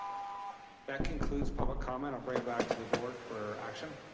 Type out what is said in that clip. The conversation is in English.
that concludes public comment, i'll bring it back to the board for action.